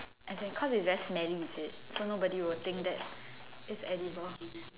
as in cause is very smelly is it so nobody will think that is edible